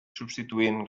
substituint